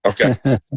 Okay